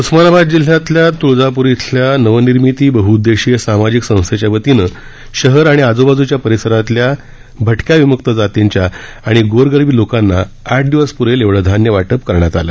उस्मानाबाद जिल्ह्यातल्या तुळजापूर इथल्या नवनिर्मिती बह्उद्देशीय सामाजिक संस्थेच्यावतीनं शहर आणि आजूबाजूच्या परिसरातल्या भटक्या विमुक्त जातींच्या आणि गोरगरीब लोकांना आठ दिवस प्रेल एवढं धान्य वाटप करण्यात आलं